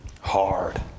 hard